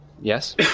Yes